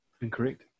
Incorrect